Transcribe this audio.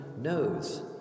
knows